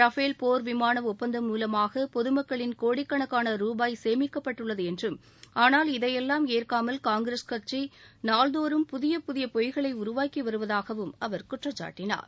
Rafale போர் விமான ஒப்பந்தம் மூலமாக பொதுமக்களின் கோடிக்கணக்கான ருபாய் சேமிக்கப்பட்டுள்ளது என்றும் ஆனால் இதையெல்லாம் ஏற்காமல் காங்கிரஸ் கட்சி நாள்தோறும் புதிய புதிய பொய்களை உருவாக்கி வருவதாகவும் அவர் குற்றம் சாட்டினார்